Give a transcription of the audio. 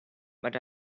but